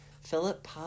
Philip